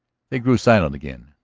they grew silent again.